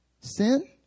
Sin